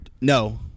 No